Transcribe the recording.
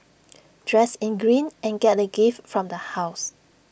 dress in green and get A gift from the house